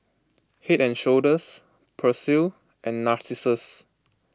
Head and Shoulders Persil and Narcissus